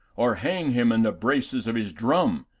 or hang him in the braces of his drum,